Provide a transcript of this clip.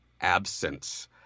absence